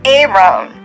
Aaron